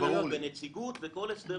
כל הסדר